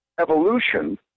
evolution